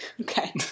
Okay